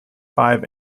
five